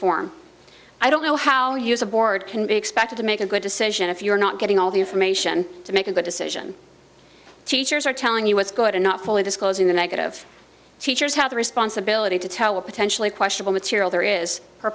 form i don't know how to use a board can be expected to make a good decision if you are not getting all the information to make a good decision teachers are telling you what's good and not fully disclosing the negative teachers have the responsibility to tell a potentially questionable material there is